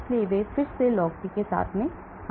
इसलिए वे फिर से लॉग पी के साथ आए